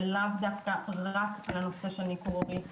ולאו דווקא רק על הנושא של ניכור הורי.